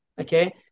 Okay